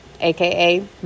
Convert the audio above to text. AKA